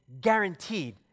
guaranteed